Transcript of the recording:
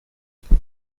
qu’est